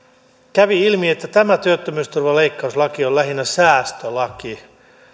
kävi ilmi että tämä työttömyysturvaleikkauslaki on lähinnä säästölaki